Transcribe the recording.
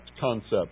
concept